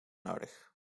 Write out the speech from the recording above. nodig